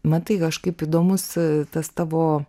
matai kažkaip įdomus tas tavo